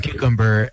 cucumber